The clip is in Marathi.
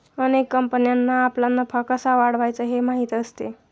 अनेक कंपन्यांना आपला नफा कसा वाढवायचा हे माहीत असते